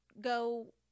go